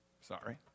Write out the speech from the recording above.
Sorry